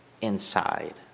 inside